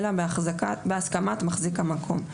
אלא בהסכמת מחזיק המקום".